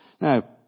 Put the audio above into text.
Now